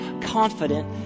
confident